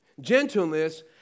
gentleness